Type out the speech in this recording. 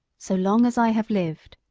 so long as i have lived,